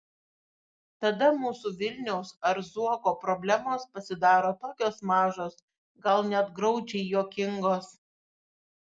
tada mūsų vilniaus ar zuoko problemos pasidaro tokios mažos gal net graudžiai juokingos